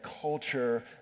culture